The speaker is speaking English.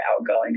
outgoing